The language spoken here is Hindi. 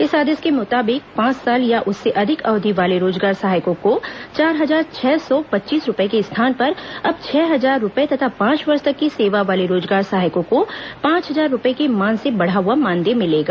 इस आदेश के मुताबिक पांच साल या उससे अधिक अवधि वाले रोजगार सहायकों को चार हजार छह सौ पच्चीस रूपये के स्थान पर अब छह हजार रूपये तथा पांच वर्ष तक की सेवा वाले रोजगार सहायकों को पांच हजार रूपये के मान से बढ़ा हुआ मानदेय मिलेगा